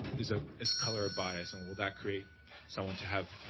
is ah is color bias and will that create someone to have